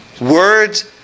Words